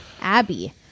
Abby